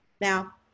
Now